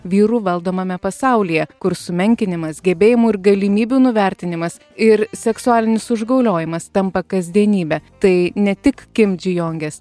vyrų valdomame pasaulyje kur sumenkinimas gebėjimų ir galimybių nuvertinimas ir seksualinis užgauliojimas tampa kasdienybe tai ne tik kimdžiujongės